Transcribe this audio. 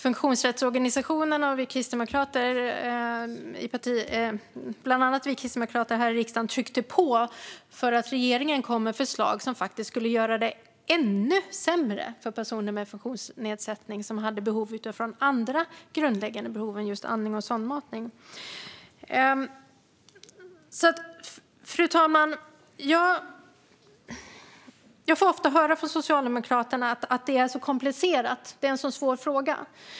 Funktionsrättsorganisationerna och bland annat vi kristdemokrater här i riksdagen tryckte på därför att regeringen lade fram förslag som faktiskt skulle göra det ännu sämre för personer med funktionsnedsättning som hade andra grundläggande behov än just andning och sondmatning. Fru talman! Jag får ofta höra från Socialdemokraterna att det här är en så svår och komplicerad fråga.